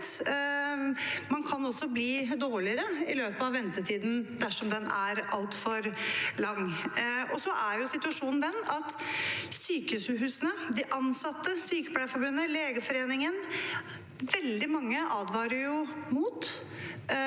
Man kan også bli dårligere i løpet av ventetiden dersom den er altfor lang. Så er situasjonen den at sykehusene, de ansatte, Sykepleierforbundet, Legeforeningen – veldig mange – advarer om mulighetene